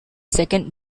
second